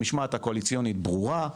המשמעת הקואליציונית ברורה.